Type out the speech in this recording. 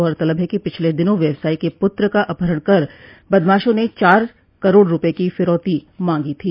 गौरतलब है कि पिछले दिनों व्यवसायी के पूत्र का अपहरण कर बदमाशें ने चार करोड़ रूपये की फिरौती मांगी थी